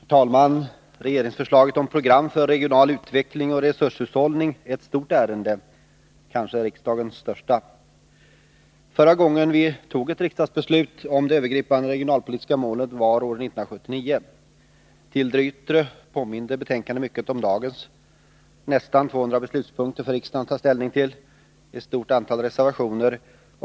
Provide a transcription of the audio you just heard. Herr talman! Regeringsförslaget om program för regional utveckling och resurshushållning är ett stort ärende, kanske riksdagens största. Förra gången vi tog ett riksdagsbeslut om de övergripande regionalpolitiska målen var år 1979. Till det yttre påminde betänkandet mycket om dagens. Det var nästan 200 beslutspunkter för riksdagen att ta ställning till och ett stort antal reservationer.